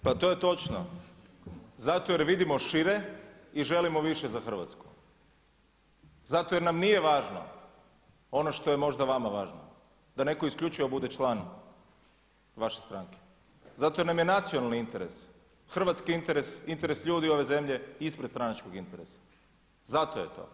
Pa to je točno, zato jer vidimo šire i želimo više za Hrvatsku, zato jer nam nije važno ono što je možda vama važno, da neko isključivo bude član vaše stranke, zato jer nam je nacionali interes hrvatskih interes, interes ljudi ove zemlje ispred stranačkog interesa zato je to.